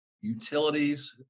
utilities